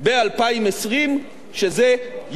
שזה יעד שהכרזנו עליו גם קודם.